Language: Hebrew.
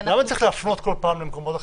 למה אני צריך להפנות כל פעם למקומות אחרים.